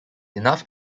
enough